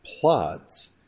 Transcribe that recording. plots